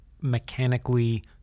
mechanically